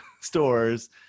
stores